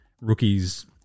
rookies